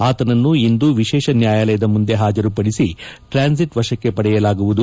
ಆತನನ್ನು ಇಂದು ವಿಶೇಷ ನ್ಯಾಯಾಲಯದ ಮುಂದೆ ಹಾಜರುಪಡಿಸಿ ಟ್ರ್ಯಾನ್ಲಿಟ್ ವಶಕ್ಕೆ ಪಡೆಯಲಾಗುವುದು